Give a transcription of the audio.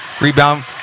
Rebound